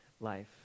life